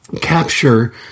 capture